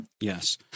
Yes